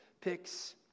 picks